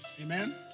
Amen